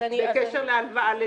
בקשר להלוואה לדיור.